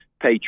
pay